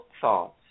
thoughts